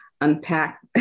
unpack